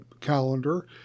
calendar